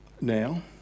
Now